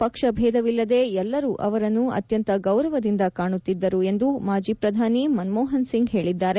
ಪಕ್ಷ ಭೇದವಿಲ್ಲದೆ ಎಲ್ಲರೂ ಅವರನ್ನು ಅತ್ಯಂತ ಗೌರವದಿಂದ ಕಾಣುತ್ತಿದ್ದರು ಎಂದು ಮಾಜಿ ಪ್ರಧಾನಿ ಮನ್ಮೋಹನ್ ಸಿಂಗ್ ಹೇಳಿದ್ದಾರೆ